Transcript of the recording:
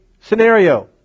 scenario